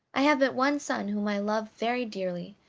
i have but one son whom i love very dearly,